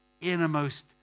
innermost